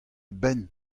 benn